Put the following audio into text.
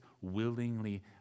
willingly